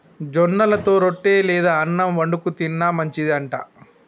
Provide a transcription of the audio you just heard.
జొన్నలతో రొట్టె లేదా అన్నం వండుకు తిన్న మంచిది అంట